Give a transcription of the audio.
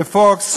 ב-Fox,